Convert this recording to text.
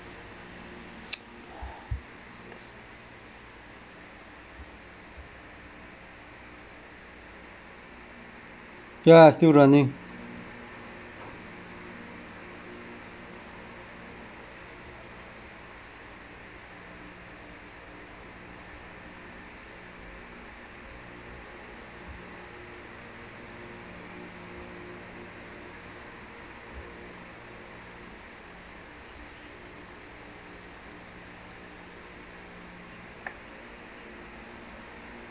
yeah still running